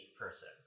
person